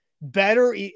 better